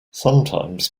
sometimes